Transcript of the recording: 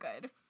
good